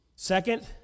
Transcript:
Second